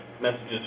messages